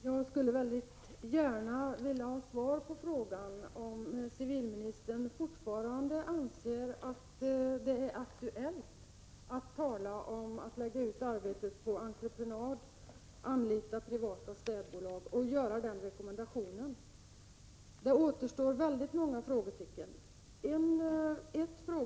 Herr talman! Jag skulle gärna vilja ha svar på frågan om civilministern fortfarande anser att det är aktuellt att tala om att lägga ut arbetet på entreprenad och rekommendera anlitande av privata städbolag. Det återstår väldigt många frågetecken.